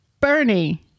Bernie